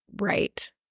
right